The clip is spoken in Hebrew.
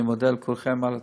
ואני מודה לכולכם על התמיכה.